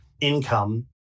income